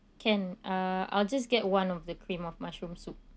can uh I'll just get one of the cream of mushroom soup